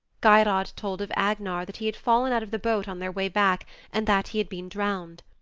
geirrod told of agnar that he had fallen out of the boat on their way back and that he had been drowned.